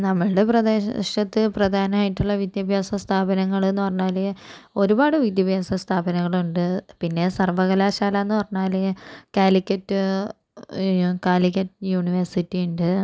നമ്മളുടെ പ്രദേശത്ത് പ്രധാനമായിട്ടുള്ള വിദ്യാഭ്യാസ സ്ഥാപനങ്ങള് എന്നു പറഞ്ഞാല് ഒരുപാട് വിദ്യാഭ്യാസ സ്ഥാപനങ്ങളുണ്ട് പിന്നെ സര്വ്വകലാശാല എന്നു പറഞ്ഞാല് ക്യാലിക്കറ്റ് കാലിക്കറ്റ് യൂണിവേഴ്സിറ്റിയുണ്ട്